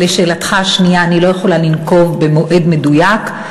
ולשאלתך השנייה, אני לא יכולה לנקוב במועד מדויק.